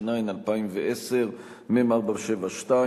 התש"ע 2010, מ/472: